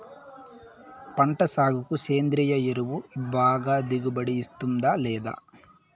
పంట సాగుకు సేంద్రియ ఎరువు బాగా దిగుబడి ఇస్తుందా లేదా